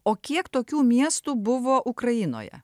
o kiek tokių miestų buvo ukrainoje